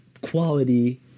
quality